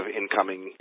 incoming